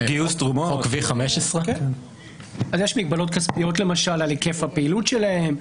יש מגבלות כספיות למשל על היקף הפעילות שלהם.